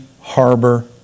harbor